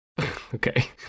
okay